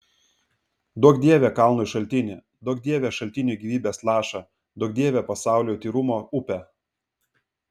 duok dieve kalnui šaltinį duok dieve šaltiniui gyvybės lašą duok dieve pasauliui tyrumo upę